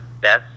best